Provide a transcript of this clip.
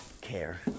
care